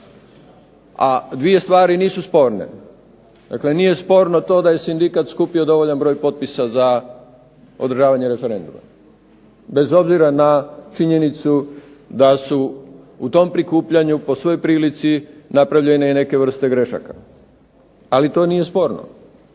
A dvije stvari nisu sporne. Dakle nije sporno to da je sindikat skupio dovoljan broj potpisa za održavanje referenduma, bez obzira na činjenicu da su u tom prikupljanju po svoj prilici napravljene i neke vrste grešaka. Ali to nije sporno.